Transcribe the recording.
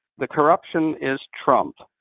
the corruption is trump.